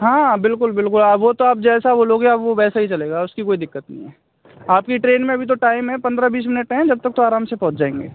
हाँ बिल्कुल बिल्कुल वो तो आप जैसा बोलोगे अब वो वैसा ही चलेगा उसकी कोई दिक्कत नहीं है आपकी ट्रेन में अभी तो टाइम है पन्द्रह बीस मिनट हैं जब तक तो आराम से पहुँच जाएँगे